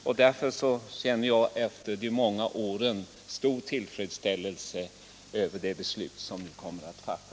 Efter de många åren känner jag stor tillfredsställelse över det beslut som vi nu kommer att fatta.